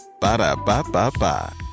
Ba-da-ba-ba-ba